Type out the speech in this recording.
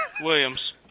Williams